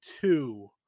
two